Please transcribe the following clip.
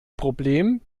problem